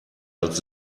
als